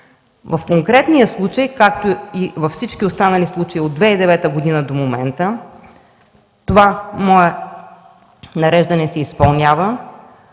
В конкретния случай, както и във всички останали случаи от 2009 г. до момента, това мое нареждане се изпълнява.